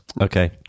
Okay